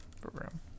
program